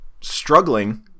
struggling